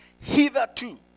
hitherto